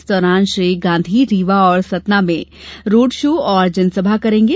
इस दौरान श्री गांधी रीवा और सतना में रोड शो और जनसभा करेंगे